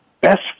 best